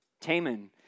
Taman